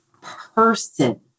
person